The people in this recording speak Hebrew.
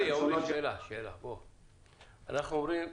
אנחנו אומרים: